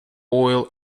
oil